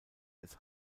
des